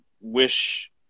wish